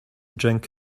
drink